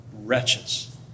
wretches